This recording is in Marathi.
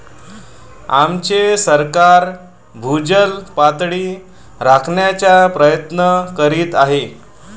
आमचे सरकार भूजल पातळी राखण्याचा प्रयत्न करीत आहे